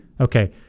Okay